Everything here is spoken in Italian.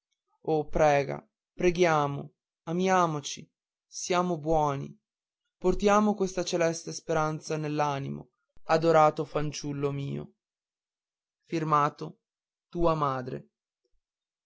oh prega preghiamo amiamoci siamo buoni portiamo quella celeste speranza nell'anima adorato fanciullo mio